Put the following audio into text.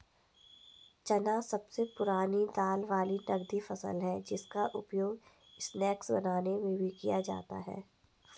चना सबसे पुरानी दाल वाली नगदी फसल है जिसका उपयोग स्नैक्स बनाने में भी किया जाता है